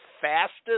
fastest